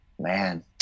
man